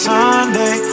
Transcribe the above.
Sunday